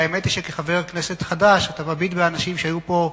האמת היא שכחבר כנסת חדש אתה מביט באנשים שהיו פה,